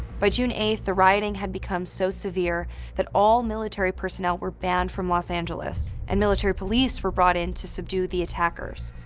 by june eight, the rioting had become so severe that all military personnel were banned from los angeles. and military police were brought in to subdue the attackers.